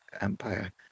Empire